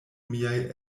miaj